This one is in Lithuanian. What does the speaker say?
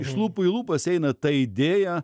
iš lūpų į lūpas eina ta idėja